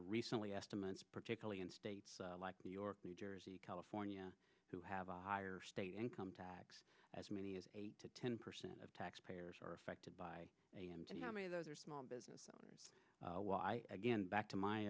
recently estimates particularly in states like new york new jersey california have a higher state income tax as many as eight to ten percent of taxpayers are affected by a m t how many of those are small business owners again back to